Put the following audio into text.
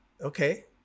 okay